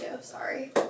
Sorry